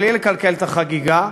בלי לקלקל את החגיגה,